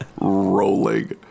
rolling